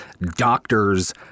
doctors